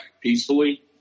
peacefully